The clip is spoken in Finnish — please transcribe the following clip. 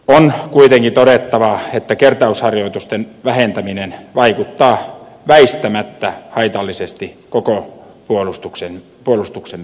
on kuitenkin todettava että kertausharjoitusten vähentäminen vaikuttaa väistämättä haitallisesti koko puolustuksemme perustaan